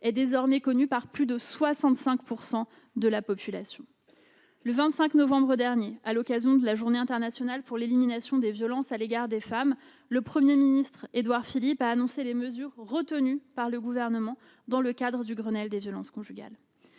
est désormais connu par plus de 65 % de la population. Le 25 novembre dernier, à l'occasion de la Journée internationale pour l'élimination des violences à l'égard des femmes, le Premier ministre, Édouard Philippe, a annoncé les mesures retenues par le Gouvernement dans le cadre du Grenelle des violences conjugales.